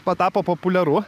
patapo populiaru